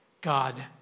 God